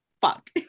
fuck